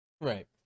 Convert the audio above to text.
right